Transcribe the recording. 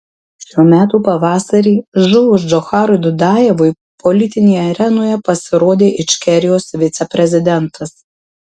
šių metų pavasarį žuvus džocharui dudajevui politinėje arenoje pasirodė ičkerijos viceprezidentas